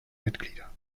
mitglieder